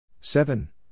seven